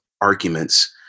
arguments